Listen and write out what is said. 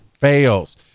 fails